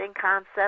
concept